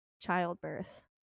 childbirth